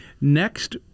next